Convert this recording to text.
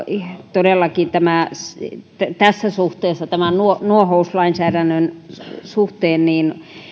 todellakin tässä suhteessa tämän nuohouslainsäädännön suhteen